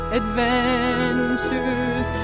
adventures